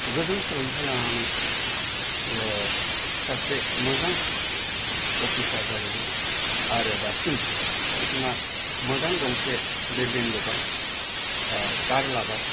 गोजौ सोलोंथाय लानानै सासे मोजां अफिसार जाहैबाय आरो दासिम बिथाङा मोजां गंसे बिल्दिं लुबाय कार लाबाय